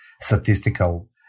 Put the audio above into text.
statistical